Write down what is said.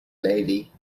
lady